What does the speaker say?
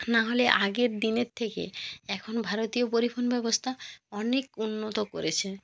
না হলে আগের দিনের থেকে এখন ভারতীয় পরিবহন ব্যবস্থা অনেক উন্নত করেছে